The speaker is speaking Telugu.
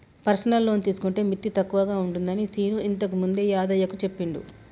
పర్సనల్ లోన్ తీసుకుంటే మిత్తి తక్కువగా ఉంటుందని శీను ఇంతకుముందే యాదయ్యకు చెప్పిండు